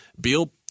Beal